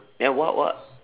then wak wak